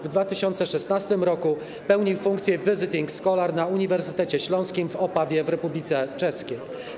W 2016 r. pełnił funkcję: visiting scholar na Uniwersytecie Śląskim w Opawie w Republice Czeskiej.